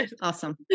awesome